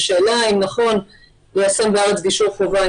ושאלה אם נכון ליישם בארץ גישור חובה,